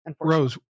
Rose